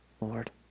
Lord